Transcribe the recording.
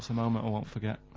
so moment i won't forget.